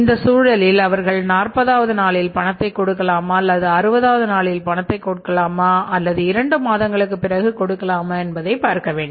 இந்த சூழலில் அவர்கள் நாற்பதாவது நாளில் பணத்தை கொடுக்கலாமா அல்லது 60வது நாளில் கொடுக்கலாமா அல்லது இரண்டு மாதங்களுக்கு பிறகு கொடுக்கலாமா என்பதை பார்க்க வேண்டும்